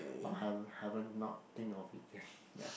but I haven't not think of it yet ya